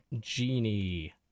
Genie